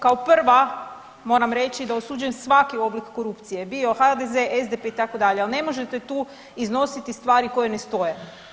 Kao prva moram reći da osuđujem svaki oblik korupcije, bio HDZ, SDP itd., ali ne možete tu iznositi stvari koje ne stoje.